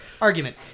argument